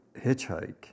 hitchhike